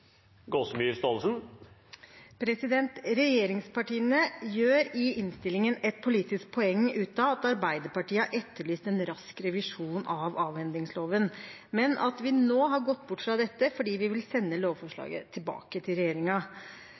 Regjeringspartiene gjør i innstillingen et politisk poeng av at Arbeiderpartiet har etterlyst en rask revisjon av avhendingsloven, men at vi nå har gått bort fra dette fordi vi vil sende lovforslaget tilbake til